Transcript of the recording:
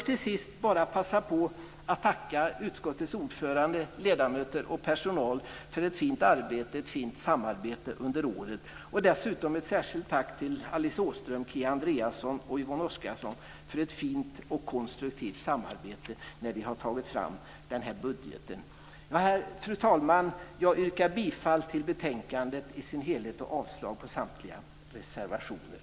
Till sist vill jag passa på att tacka utskottets ordförande, ledamöter och personal för ett fint arbete och ett fint samarbete under året. Dessutom vill jag rikta ett särskilt tack till Alice Åström, Kia Andreasson och Yvonne Oscarsson för ett fint och konstruktivt samarbete när vi har tagit fram den här budgeten. Fru talman! Jag yrkar bifall till hemställan i betänkandet i dess helhet och avslag på samtliga reservationer.